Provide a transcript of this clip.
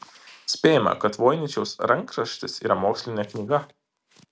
spėjama kad voiničiaus rankraštis yra mokslinė knyga